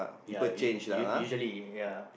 ya u~ u~ usually ya